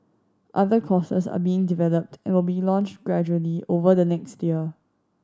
other courses are being developed and will be launched gradually over the next year